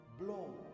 blow